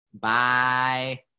Bye